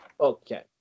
Okay